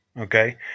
Okay